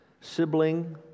sibling